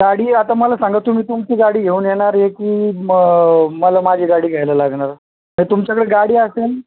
गाडी आता मला सांगा तुम्ही तुमची गाडी घेऊन येणार आहे की मग मला माझी गाडी घ्यायला लागणार जर तुमच्याकडं गाडी असेन